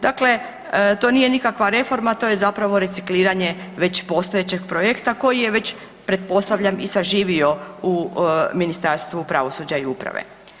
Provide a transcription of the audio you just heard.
Dakle, to nije nikakva reforma, to je zapravo recikliranje već postojećeg projekta koji je već pretpostavljam i zaživio u Ministarstvu pravosuđa i uprave.